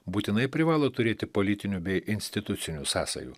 būtinai privalo turėti politinių bei institucinių sąsajų